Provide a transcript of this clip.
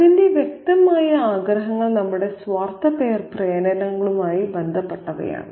അതിന്റെ വ്യക്തമായ ആഗ്രഹങ്ങൾ നമ്മുടെ സ്വാർത്ഥ പ്രേരണകളുമായി ബന്ധപ്പെട്ടവയാണ്